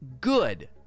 good